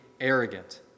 arrogant